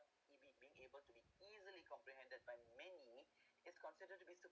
it be being able to be easily comprehended by many is considered to be